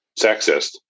sexist